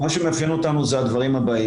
מה שמוביל אותנו זה הדברים הבאים,